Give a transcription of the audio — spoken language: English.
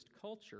culture